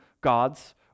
God's